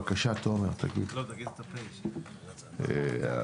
אני אציג בקצרה רק את ההיסטוריה הפוליטית של החוק הזה.